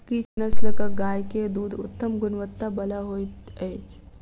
किछ नस्लक गाय के दूध उत्तम गुणवत्ता बला होइत अछि